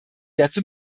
dazu